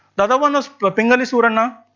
the other one was pingali surana,